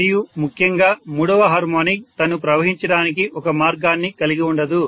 మరియు ముఖ్యంగా మూడవ హార్మోనిక్ తను ప్రవహించడానికి ఒక మార్గాన్ని కలిగి ఉండదు